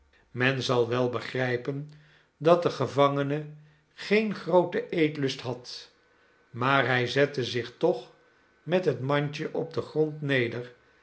men zal wel begrijpen dat de gevangene geen grooten eetlust had maar hij zette zich toch met het mandje op den grond neder